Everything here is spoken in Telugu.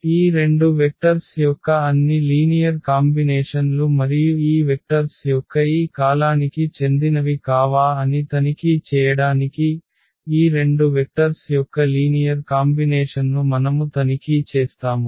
ఈ రెండు వెక్టర్స్ యొక్క అన్ని లీనియర్ కాంబినేషన్ లు మరియు ఈ వెక్టర్స్ యొక్క ఈ కాలానికి చెందినవి కావా అని తనిఖీ చేయడానికి ఈ రెండు వెక్టర్స్ యొక్క లీనియర్ కాంబినేషన్ను మనము తనిఖీ చేస్తాము